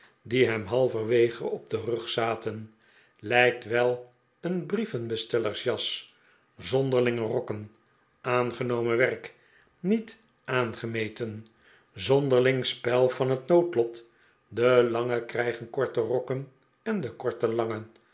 die hem halverwege op den rug zaten lijkt wel een brievenbestellersjas zonderlinge rokken aangenomen werk niet aangemeten zonderling spel van het noodlot de langen krijgen korte rokken en de korten lange